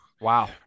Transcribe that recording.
Wow